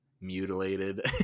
mutilated